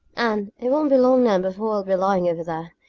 anne, it won't be long now before i'll be lying over there.